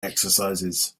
exercises